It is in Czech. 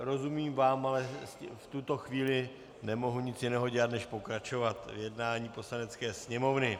Rozumím vám, ale v tuto chvíli nemohu nic jiného dělat než pokračovat v jednání Poslanecké sněmovny.